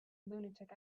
lunatic